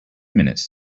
minutes